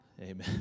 Amen